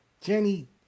Jenny